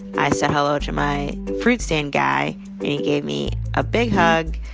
i said hello to my fruit stand guy, and he gave me a big hug,